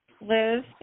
Liz